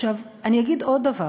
אני אגיד עוד דבר: